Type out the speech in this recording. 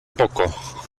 poco